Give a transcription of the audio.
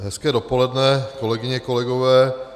Hezké dopoledne, kolegyně, kolegové.